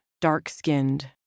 Dark-skinned